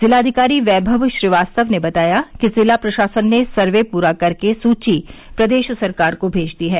जिलाधिकारी वैभव श्रीवास्तव ने बताया कि जिला प्रशासन ने सर्व पूरा कर के सूची प्रदेश सरकार को भेज दी है